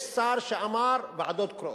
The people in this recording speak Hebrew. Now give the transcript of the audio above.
יש שר שאמר: ועדות קרואות.